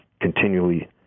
continually